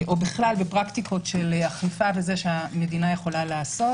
או בכלל בפרקטיקות של אכיפה שהמדינה יכולה לעשות.